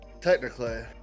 Technically